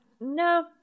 no